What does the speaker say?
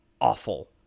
awful